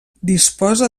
disposa